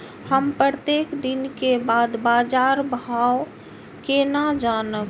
हम प्रत्येक दिन के बाद बाजार भाव केना जानब?